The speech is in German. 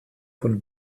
von